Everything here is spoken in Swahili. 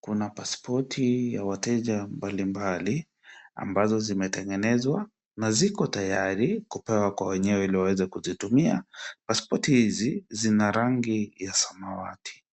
kuna paspoti ya wateja mbalimbali, ambazo zimetengenezwa na ziko tayari kupewa kwa wenyewe ili waweze kuzitumia. Pasipoti hizi zina rangi ya samawati.